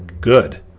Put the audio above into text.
Good